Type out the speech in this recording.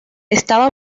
estaba